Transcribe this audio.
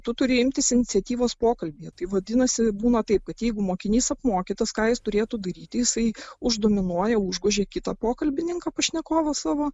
tu turi imtis iniciatyvos pokalbyje tai vadinasi būna taip kad jeigu mokinys apmokytas ką jis turėtų daryti jisai uždominuoja užgožia kitą pokalbininką pašnekovą savo